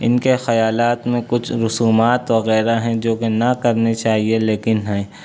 ان کے خیالات میں کچھ رسومات وغیرہ ہیں جوکہ نہ کرنے چاہیے لیکن ہیں